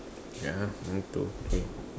ya going to okay